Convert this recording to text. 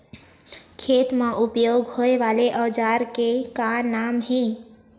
खेत मा उपयोग होए वाले औजार के का नाम हे?